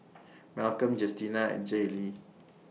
Malcom Justina and Jaylee